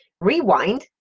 Rewind